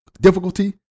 difficulty